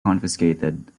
confiscated